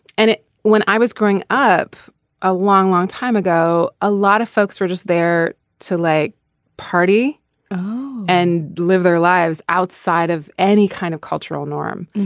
and when i was growing up a long long time ago a lot of folks were just there to like party and live their lives outside of any kind of cultural norm.